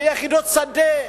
ביחידות שדה.